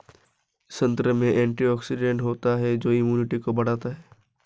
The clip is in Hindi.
संतरे में एंटीऑक्सीडेंट होता है जो इम्यूनिटी को बढ़ाता है